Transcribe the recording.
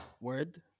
Word